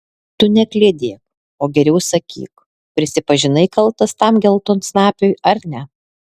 tu nekliedėk o geriau sakyk prisipažinai kaltas tam geltonsnapiui ar ne